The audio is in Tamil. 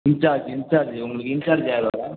இன்சார்ஜ் இன்சார்ஜு உங்களுக்கு இன்சார்ஜ் யாரு வரா